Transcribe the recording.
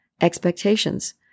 expectations